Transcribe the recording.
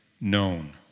known